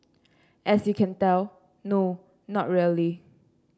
as you can tell no not really